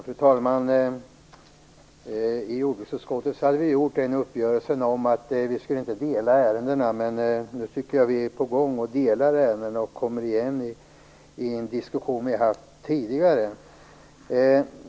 Fru talman! I jordbruksutskottet hade vi gjort en uppgörelse om att inte dela ärendena, men nu tycker jag att vi är på väg att göra det. Vi för en diskussion som vi har haft tidigare.